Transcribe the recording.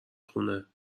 خونه